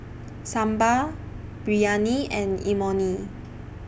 Sambar Biryani and Imoni